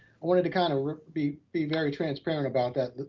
i wanted to kind of be be very transparent about that.